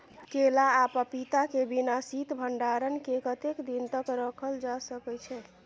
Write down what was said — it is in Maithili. केला आ पपीता के बिना शीत भंडारण के कतेक दिन तक सुरक्षित रखल जा सकै छै?